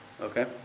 Okay